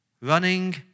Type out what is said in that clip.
Running